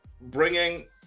bringing